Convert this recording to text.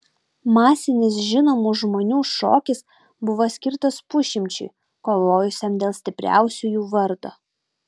masinis žinomų žmonių šokis buvo skirtas pusšimčiui kovojusiam dėl stipriausiųjų vardo